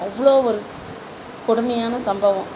அவ்வளோ ஒரு கொடுமையான சம்பவம்